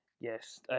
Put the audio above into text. Yes